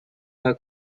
her